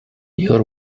your